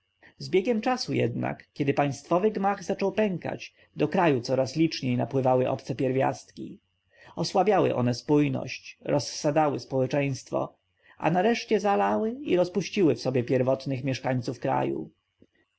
z biegiem czasu jednak kiedy państwowy gmach zaczął pękać do kraju coraz liczniej napływały obce pierwiastki osłabiały one spójność rozsadzały społeczeństwo a nareszcie zalały i rozpuściły w sobie pierwotnych mieszkańców kraju